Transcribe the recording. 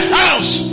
house